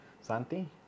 Santi